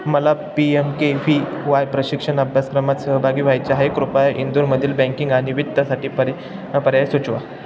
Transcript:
मला P M K V Y प्रशिक्षण अभ्यासक्रमात सहभागी व्हायचे आहे कृपया इंदूरमधील बँकिंग आणि वित्तसाठी परी पर्याय सुचवा